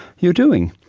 you doing?